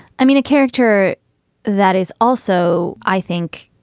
i mean, a character that is also, i think.